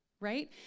right